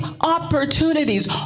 opportunities